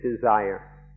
desire